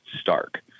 stark